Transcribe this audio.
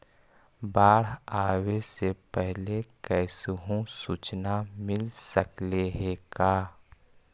बाढ़ आवे से पहले कैसहु सुचना मिल सकले हे का?